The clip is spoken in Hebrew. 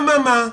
הממה?